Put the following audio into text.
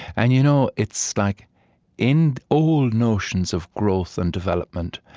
and you know it's like in old notions of growth and development,